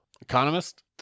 Economist